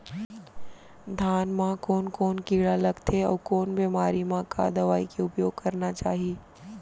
धान म कोन कोन कीड़ा लगथे अऊ कोन बेमारी म का दवई के उपयोग करना चाही?